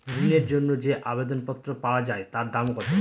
ঋণের জন্য যে আবেদন পত্র পাওয়া য়ায় তার দাম কত?